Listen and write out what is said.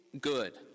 good